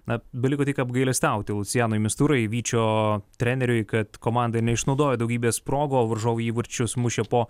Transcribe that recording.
na beliko tik apgailestauti lucianui misturai vyčio treneriui kad komanda neišnaudojo daugybės progų o varžovų įvarčius mušė po